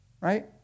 Right